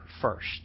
first